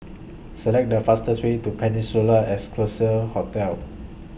Select The fastest Way to Peninsula Excelsior Hotel